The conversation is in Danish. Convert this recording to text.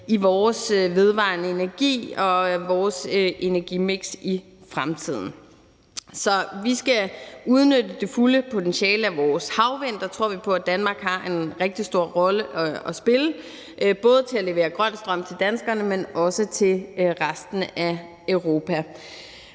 i vores vedvarende energi og vores energimiks i fremtiden. Så vi skal udnytte det fulde potentiale af vores havvind. Der tror vi på, at Danmark har en rigtig stor rolle at spille i at levere grøn strøm både til danskerne, men også til resten af Europa.